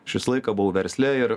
aš visą laiką buvau versle ir